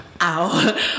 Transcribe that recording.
ow